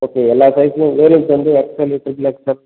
okay எல்லா சைஸ்ஸுலையும் variant வந்து X L triple X L